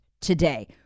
today